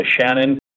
Shannon